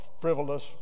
frivolous